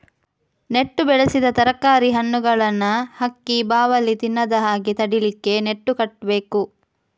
ನೆಟ್ಟು ಬೆಳೆಸಿದ ತರಕಾರಿ, ಹಣ್ಣುಗಳನ್ನ ಹಕ್ಕಿ, ಬಾವಲಿ ತಿನ್ನದ ಹಾಗೆ ತಡೀಲಿಕ್ಕೆ ನೆಟ್ಟು ಕಟ್ಬೇಕು